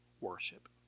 worship